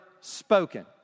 spoken